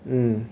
mm